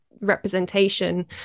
representation